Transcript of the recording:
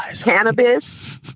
cannabis